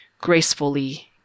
gracefully